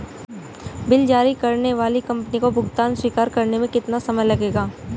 Bill जारी करने वाली कंपनी को भुगतान स्वीकार करने में कितना समय लगेगा?